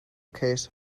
case